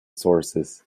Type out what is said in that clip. sources